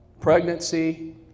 pregnancy